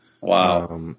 Wow